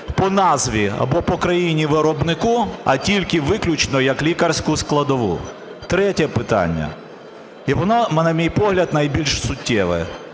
по назві або по країні виробнику, а тільки виключно як лікарську складову. Третє питання. І воно, на мій погляд, найбільше суттєве.